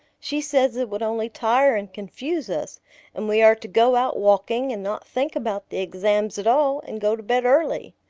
she says it would only tire and confuse us and we are to go out walking and not think about the exams at all and go to bed early.